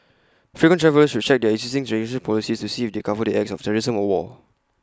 frequent travellers should check their existing insurance policies to see if they cover acts of terrorism or war